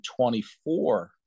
24